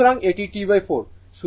সুতরাং এটি T4